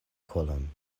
kolon